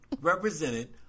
represented